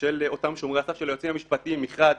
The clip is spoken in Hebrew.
של אותם שומרי הסף, של היועצים המשפטיים מחד,